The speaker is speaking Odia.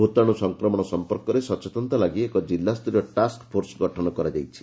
ଭୂତାଶୁ ସଂକ୍ରମଣ ସଂପର୍କରେ ସଚେତନତା ଲାଗି ଏକ ଜିଲ୍ଲାୁସ୍ତରୀୟ ଟାସ୍କଫୋର୍ସ ଗଠନ କରାଯାଇଛି